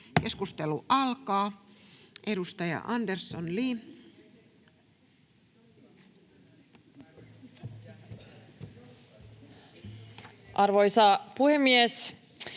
Keskustelu alkaa. Edustaja Andersson, Li. [Speech